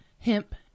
hemp